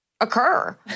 occur